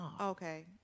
Okay